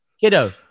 kiddo